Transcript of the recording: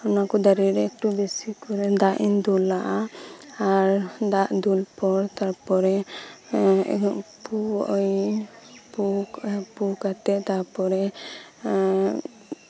ᱚᱱᱟ ᱠᱚ ᱫᱟᱨᱮ ᱨᱮ ᱮᱠᱴᱩ ᱵᱮᱥᱤ ᱠᱚᱨᱮ ᱫᱟᱜ ᱤᱧ ᱫᱩᱞᱟᱜᱼᱟ ᱟᱨ ᱫᱟᱜ ᱫᱩᱞ ᱯᱚᱨ ᱛᱟᱨᱯᱚᱨᱮ ᱯᱳ ᱮᱫ ᱟᱹᱧ ᱯᱳ ᱠᱟᱛᱮᱫ ᱛᱟᱨᱯᱚᱨᱮ